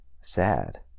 sad